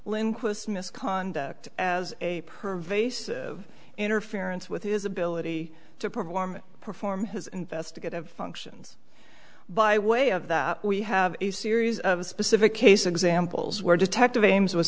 lindquist misconduct as a pervasive interference with his ability to perform perform his investigative functions by way of that we have a series of specific case examples where detective ames was